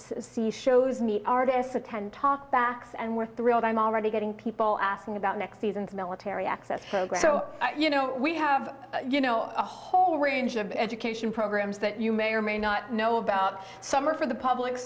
see shows me artists attend talkbacks and we're thrilled i'm already getting people asking about next season's military access program so you know we have you know a whole range of education programs that you may or may not know about some are for the public